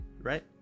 right